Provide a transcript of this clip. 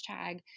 hashtag